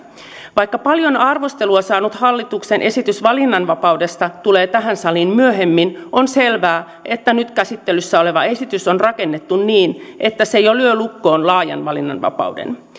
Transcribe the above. vaikka paljon arvostelua saanut hallituksen esitys valinnanvapaudesta tulee tähän saliin myöhemmin on selvää että nyt käsittelyssä oleva esitys on rakennettu niin että se jo lyö lukkoon laajan valinnanvapauden